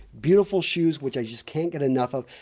beautiful shoes which i just can't get enough of,